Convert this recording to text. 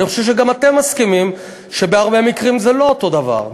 אני חושב שגם אתם מסכימים שבהרבה מקרים זה לא אותו דבר.